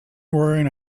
wearing